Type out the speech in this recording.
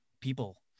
people